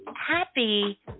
happy